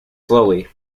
slowly